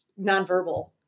nonverbal